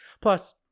Plus